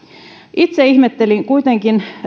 itse ihmettelin kuitenkin